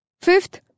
Fifth